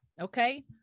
okay